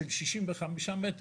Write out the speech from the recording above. של 65 מטר,